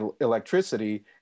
electricity